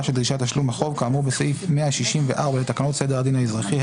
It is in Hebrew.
של דרישת תשלום החוב כאמור בסעיף 164 לתקנות סדר הדין האזרחי,